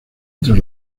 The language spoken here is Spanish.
entre